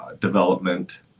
development